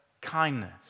kindness